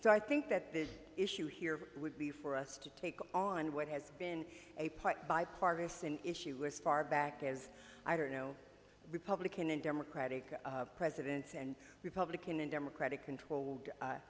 i think that the issue here would be for us to take on what has been a part bipartisan issue is far back as i don't know republican and democratic presidents and republican and democratic controlled